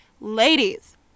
ladies